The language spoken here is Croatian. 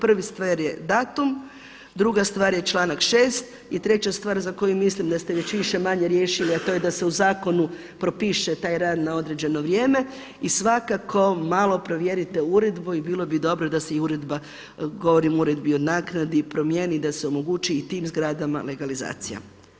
Prva stvar je datum, druga stvar je članak 6. i treća stvar za koju mislim da ste već više-manje riješili a to je da se u zakonu propiše taj rad na određeno vrijeme i svakako malo provjerite uredbu i bilo bi dobro da se i uredba, govorim o Uredbi o naknadi, promijeni i da se omogući i tim zgradama legalizacija.